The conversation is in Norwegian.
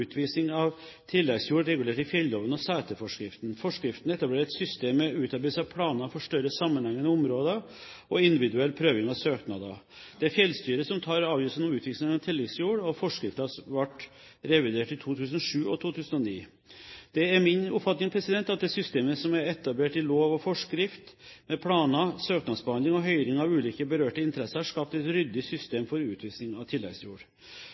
utvisning av tilleggsjord regulert i fjelloven og seterforskriften. Forskriften etablerer et system med utarbeidelse av planer for større sammenhengende områder og individuell prøving av søknader. Det er fjellstyret som tar avgjørelsen om utvisning av tilleggsjord. Forskriften ble revidert i 2007 og 2009. Det er min oppfatning at det systemet som er etablert i lov og forskrift, med planer, søknadsbehandling og høring av ulike berørte interesser, har skapt et ryddig system for utvisning av tilleggsjord.